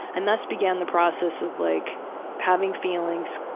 and thus began the process of like having feelings,